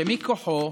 ומכוחו